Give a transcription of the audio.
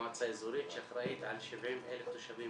מועצה אזורית שאחראית על 70,000 תושבים